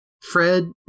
Fred